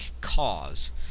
cause